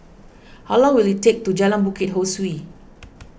how long will it take to Jalan Bukit Ho Swee